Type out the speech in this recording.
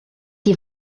die